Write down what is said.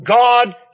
God